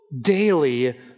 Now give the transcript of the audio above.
daily